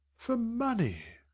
for money!